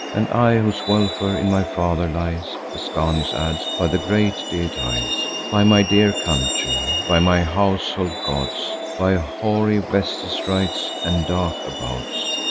and i, whose welfare in my father lies, ascanius adds, by the great deities, by my dear country, by my household gods, by hoary vesta's rites and dark abodes,